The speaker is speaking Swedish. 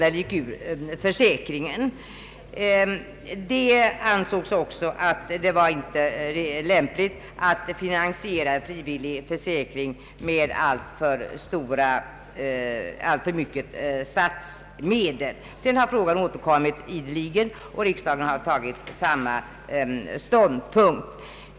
Det ansågs inte heller lämpligt att finansiera frivillig försäkring med alltför mycket statsmedel. Sedan har frågan återkommit ideligen och riksdagen har intagit samma ståndpunkt.